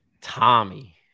Tommy